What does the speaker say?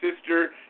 sister